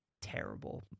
terrible